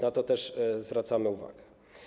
Na to też zwracamy uwagę.